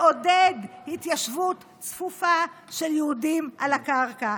לעודד התיישבות צפופה של יהודים על הקרקע,